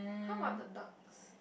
how about the ducks